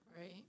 Right